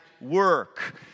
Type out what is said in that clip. work